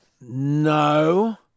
No